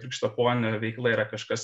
krikštaponio veikla yra kažkas